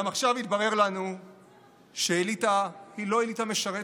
אולם עכשיו התברר לנו שאליטה היא אליטה משרתת,